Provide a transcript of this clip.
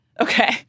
Okay